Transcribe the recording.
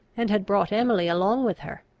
and had brought emily along with her.